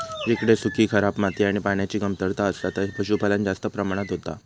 जिकडे सुखी, खराब माती आणि पान्याची कमतरता असता थंय पशुपालन जास्त प्रमाणात होता